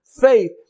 faith